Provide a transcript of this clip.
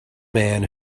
man